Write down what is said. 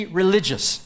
religious